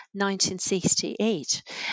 1968